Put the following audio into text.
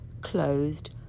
closed